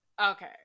okay